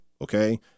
okay